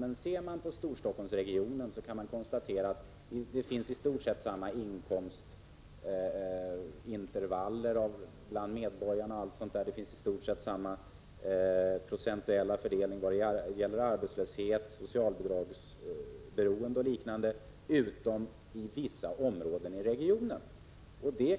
man ser på Storstockholmsregionen kan man konstatera att det i stort sett finns samma inkomstintervall bland medborgarna, samma procentuella fördelning vad gäller arbetslöshet, socialbidragsberoende osv. utom i vissa områden i regionen.